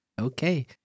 Okay